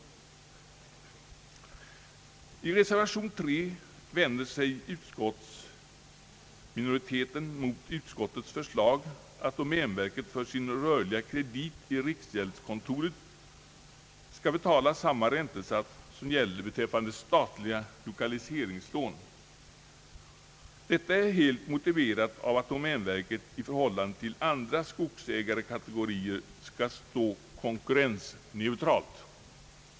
I reservation 3 vänder sig minoriteten mot utskottets förslag att domänverket för sin rörliga kredit i riksgäldskontoret skall betala samma räntesats som gäller beträffande statliga lokaliseringslån. Detta är helt motiverat av att domänverket i förhållande till andra skogsägarkategorier skall stå konkurrensneutralt.